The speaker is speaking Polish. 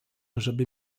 żeby